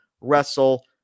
wrestle